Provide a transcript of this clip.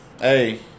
hey